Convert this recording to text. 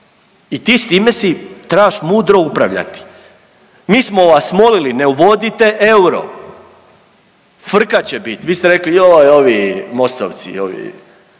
i ti s time si trebaš mudro upravljati. Mi smo vas molili ne uvodite euro, frka će bit, vi ste rekli joj ovi Mostovci ovi